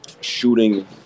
shooting